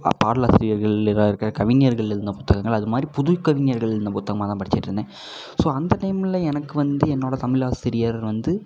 பாடல் ஆசிரியர்களாக இருக்க கவிஞர்கள் எழுதின புத்தகங்கள் அதுமாதிரி புது கவிஞர்கள் எழுதின புத்தகமாக தான் படிச்சிகிட்டு இருந்தேன் ஸோ அந்த டைம்மில் எனக்கு வந்து என்னோட தமிழ் ஆசிரியர் வந்து